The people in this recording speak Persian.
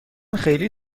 خیلی